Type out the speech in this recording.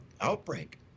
outbreak